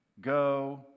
go